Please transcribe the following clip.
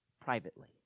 privately